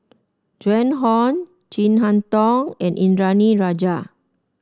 Joan Hon Chin Harn Tong and Indranee Rajah